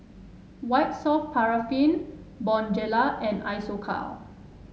White Soft Paraffin Bonjela and Isocal